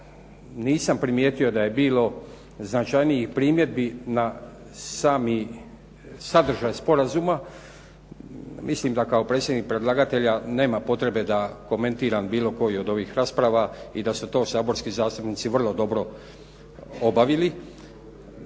nisam primijetio da je bilo značajnijih primjedbi na sami sadržaj sporazuma mislim da kao predsjednik predlagatelja nema potrebe da komentiram bilo koju od ovih rasprava i da su to saborski zastupnici vrlo dobro obavili.